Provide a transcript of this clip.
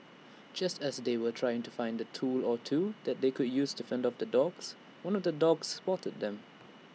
just as they were trying to find A tool or two that they could use to fend off the dogs one of the dogs spotted them